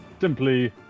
simply